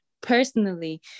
personally